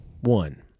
One